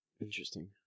Interesting